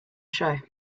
show